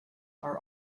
are